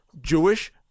Jewish